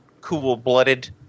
cool-blooded